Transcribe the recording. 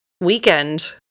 weekend